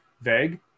vague